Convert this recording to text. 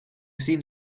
seen